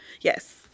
yes